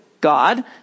God